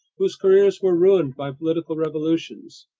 whose careers were ruined by political revolutions?